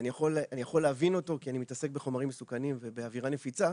אני יכול להבין אותו כי אני מתעסק בחומרים מסוכנים ובאווירה נפיצה.